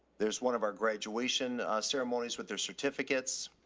there's one of our graduation ceremonies with their certificates.